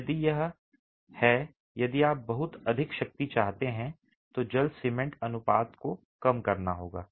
यदि यह है यदि आप बहुत अधिक शक्ति चाहते हैं तो जल सीमेंट अनुपात को कम करना होगा